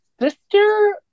sister